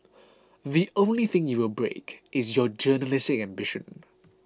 the only thing you will break is your journalistic ambition